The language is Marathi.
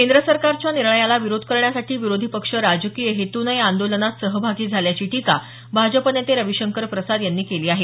केंद्र सरकारच्या निर्णयाला विरोध करण्यासाठी विरोधी पक्ष राजकीय हेतुनं या आंदोलनात सहभागी झाल्याची टीका भाजप नेते रविशंकर प्रसाद यांनी केली आहे